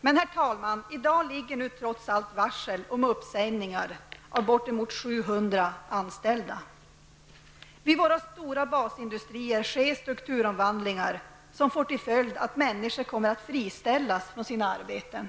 Men, herr talman, i dag ligger nu trots allt varsel om uppsägningar av bortemot 700 anställda. Vid våra stora basindustrier sker strukturomvandlingar som får till följd att människor kommer att friställas från sina arbeten.